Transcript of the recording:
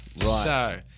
Right